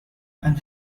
and